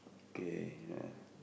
okay ya